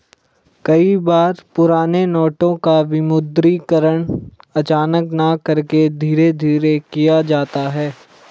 कई बार पुराने नोटों का विमुद्रीकरण अचानक न करके धीरे धीरे किया जाता है